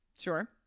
Sure